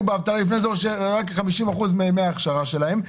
באבטלה לפני זה או שרק 50% מימי ההכשרה שלהם,